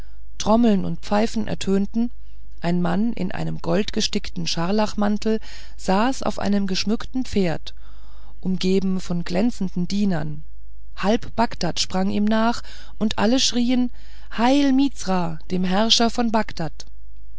trommeln und pfeifen ertönten ein mann in einem goldgestickten scharlachmantel saß auf einem geschmückten pferd umgeben von glänzenden dienern halb bagdad sprang ihm nach und alle schrien heil mizra dem herrscher von bagdad